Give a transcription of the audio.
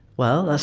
well,